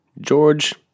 George